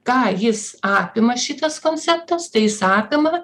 ką jis apima šitas konceptas tai sakoma